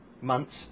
months